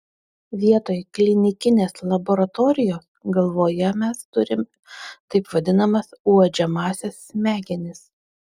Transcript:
vietoj klinikinės laboratorijos galvoje mes turime taip vadinamas uodžiamąsias smegenis